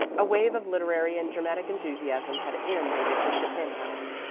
a wave of literary and dramatic enthusiasm had inundated the chapin house.